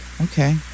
Okay